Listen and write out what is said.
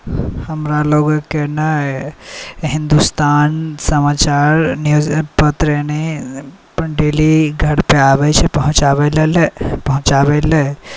हमरा लोकके ने हिन्दुस्तान समाचार न्यूज पत्र यानी अपन डेली घरपर आबै छै पहुँचाबै लेल पहुँचाबैलए